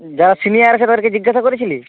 যারা সিনিয়ার আছে তাদেরকে জিজ্ঞাসা করেছিলি